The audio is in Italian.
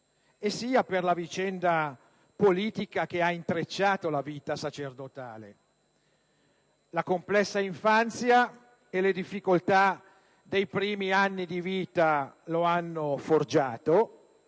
sia per la vicenda politica, che ha intrecciato la vita sacerdotale. La complessa infanzia e le difficoltà dei primi anni di vita lo hanno forgiato